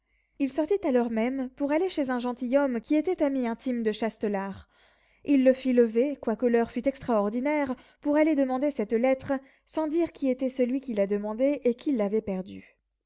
il sortit à l'heure même pour aller chez un gentilhomme qui était ami intime de châtelart il le fit lever quoique l'heure fût extraordinaire pour aller demander cette lettre sans dire qui était celui qui la demandait et qui l'avait perdue